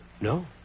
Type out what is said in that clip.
No